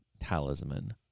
talisman